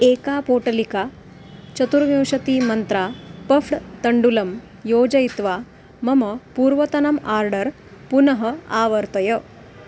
एका पोटलिका चतुर्विंशतिमन्त्रा पफ़्ड् तण्डुलं योजयित्वा मम पूर्वतनम् आर्डर् पुनः आवर्तय